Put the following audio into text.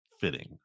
fitting